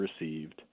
received